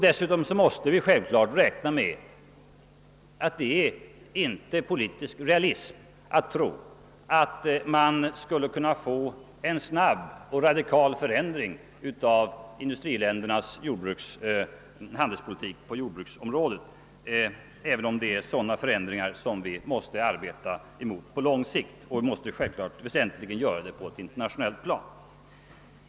Dessutom måste vi självklart räkna med att det inte är politiskt realistiskt att tro att man skulle kunna åstadkomma en snabb och radikal förändring av industriländernas handelspolitik på jordbruksområdet, även om det är sådana förändringar vi måste inrikta arbetet mot på lång sikt, självfallet då väsentligen på det internationella planet.